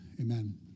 Amen